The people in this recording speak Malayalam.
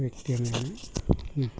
വ്യക്തിയാണ് ഞാൻ